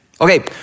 Okay